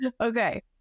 okay